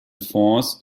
fonds